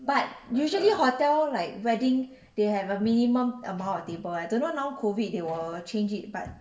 but usually hotel like wedding they have a minimum amount of table I don't know now COVID they will change it but